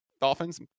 Dolphins